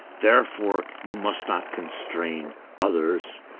therefore, you must not constrain others,